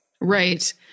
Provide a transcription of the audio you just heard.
right